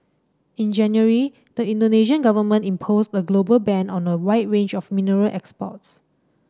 in January the Indonesian Government imposed a global ban on a wide range of mineral exports